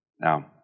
Now